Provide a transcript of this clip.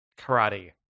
karate